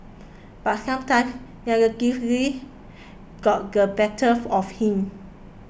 but sometimes negativity got the better of him